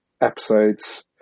episodes